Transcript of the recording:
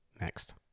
Next